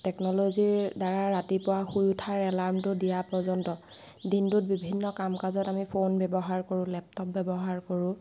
টেকন'ল'জীৰ দ্বাৰা ৰাতিপুৱা শুই উঠাৰ এলাৰ্মটো দিয়া পৰ্যন্ত দিনটোত বিভিন্ন কাম কাজত আমি ফোন ব্যৱহাৰ কৰোঁ লেপটপ ব্যৱহাৰ কৰোঁ